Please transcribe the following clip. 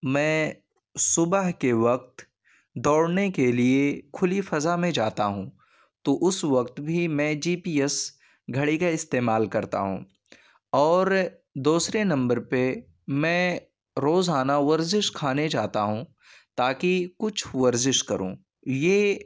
میں صبح کے وقت دوڑنے کے لیے کھلی فضا میں جاتا ہوں تو اس وقت بھی میں جی پی ایس گھڑی کا استعمال کرتا ہوں اور دوسرے نمبر پہ میں روزانہ ورزش خانے جاتا ہوں تا کہ کچھ ورزش کروں یہ